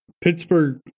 Pittsburgh